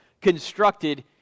constructed